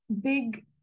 big